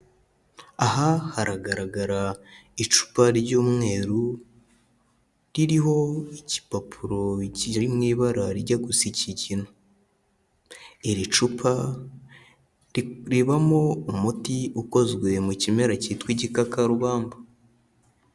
Aha haragaragara icupa ry'umweru ririho igipapuro kiri mu ibara rijya gusa ikigina, iri cupa ribamo umuti ukozwe mu kimera cyitwa igikakarubamba.